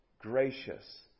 gracious